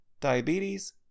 diabetes